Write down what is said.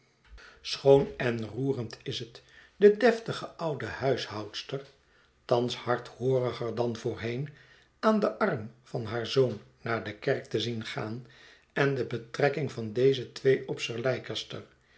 schoon en roerend is het de deftige oude huishoudster thans hardhooriger dan voorheen aan den arm van haar zoon naar de kerk te zien gaan en de betrekking van deze twee op sir